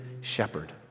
shepherd